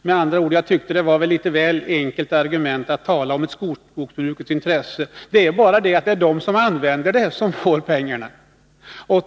Jag tycker alltså att det var ett väl enkelt argument, när jordbruksministern talade om att vi tagit hänsyn till storskogsbrukets intressen.